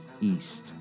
east